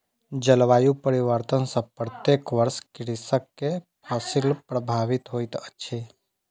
जलवायु परिवर्तन सॅ प्रत्येक वर्ष कृषक के फसिल प्रभावित होइत अछि